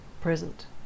present